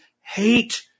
hate